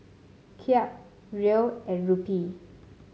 Kyat Riel and Rupee